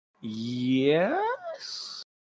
Yes